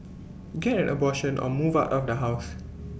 get an abortion or move out of the house